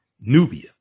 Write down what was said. Nubia